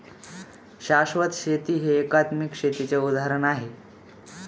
शाश्वत शेती हे एकात्मिक शेतीचे उदाहरण आहे